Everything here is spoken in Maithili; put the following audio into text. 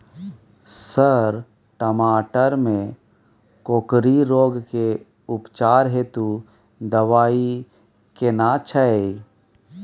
सर टमाटर में कोकरि रोग के उपचार हेतु दवाई केना छैय?